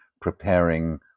preparing